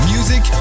Music